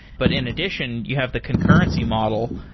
but in addition, you have the concurrency model.